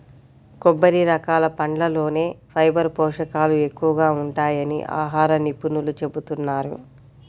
కొన్ని రకాల పండ్లల్లోనే ఫైబర్ పోషకాలు ఎక్కువగా ఉంటాయని ఆహార నిపుణులు చెబుతున్నారు